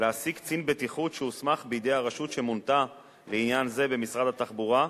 להעסיק קצין בטיחות שהוסמך בידי הרשות שמונתה לעניין זה במשרד התחבורה,